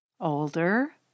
Older